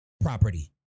property